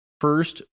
first